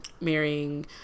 marrying